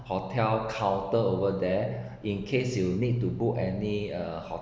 hotel counter over there in case you need to book any uh